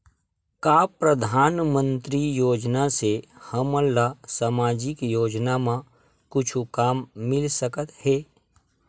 का परधानमंतरी योजना से हमन ला सामजिक योजना मा कुछु काम मिल सकत हे?